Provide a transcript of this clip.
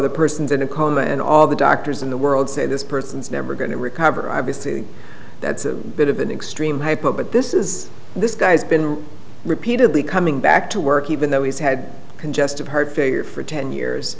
the person's in a coma and all the doctors in the world say this person is never going to recover obviously that's a bit of an extreme hypo but this is this guy's been repeatedly coming back to work even though he's had congestive heart failure for ten years